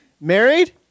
Married